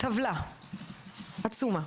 טבלה עצומה